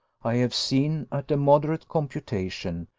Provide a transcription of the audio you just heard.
i have seen, at a moderate computation,